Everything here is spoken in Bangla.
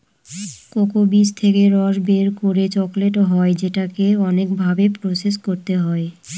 কোকো বীজ থেকে রস বের করে চকলেট হয় যেটাকে অনেক ভাবে প্রসেস করতে হয়